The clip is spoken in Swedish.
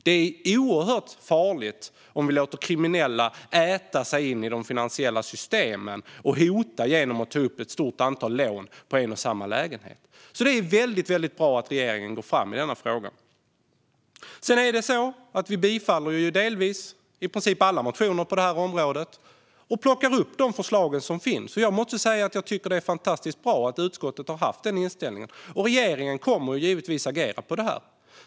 Det är oerhört farligt om vi låter kriminella äta sig in i de finansiella systemen och hota genom att ta upp ett stort antal lån på en och samma lägenhet. Det är alltså väldigt bra att regeringen går fram i denna fråga. Vi föreslår bifall till i princip alla motioner på det här området och plockar upp de förslag som finns. Jag måste säga att jag tycker att det är fantastiskt bra att utskottet har haft den inställningen. Regeringen kommer givetvis att agera på det här.